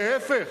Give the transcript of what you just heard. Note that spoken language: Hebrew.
להיפך.